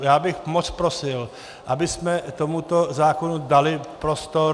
Já bych moc prosil, abychom tomuto zákonu dali prostor.